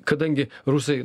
kadangi rusai